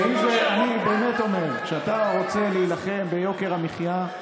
ועם זה אני באמת אומר: כשאתה רוצה להילחם ביוקר המחיה,